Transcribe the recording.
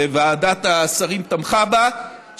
וועדת השרים תמכה בה,